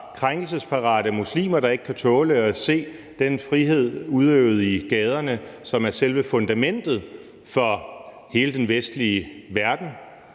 krænkelsesparate muslimer, der ikke kan tåle at se den frihed udøvet i gaderne, som er selve fundamentet for hele den vestlige verden;